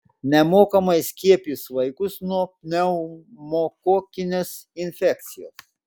nemokamai skiepys vaikus nuo pneumokokinės infekcijos